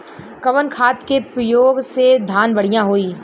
कवन खाद के पयोग से धान बढ़िया होई?